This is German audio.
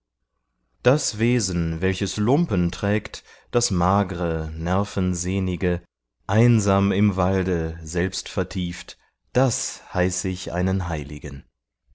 das wesen welches lumpen trägt das magre nervensehnige einsam im walde selbstvertieft das heiß ich einen heiligen